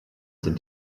sind